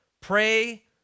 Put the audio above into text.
pray